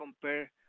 compare